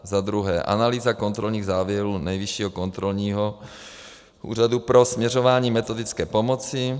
Za druhé analýza kontrolních závěrů Nejvyššího kontrolního úřadu pro směřování metodické pomoci.